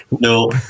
No